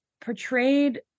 portrayed